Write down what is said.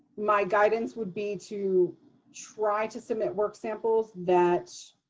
my guidance would be to try to submit work samples that